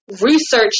research